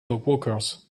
dogwalkers